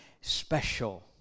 special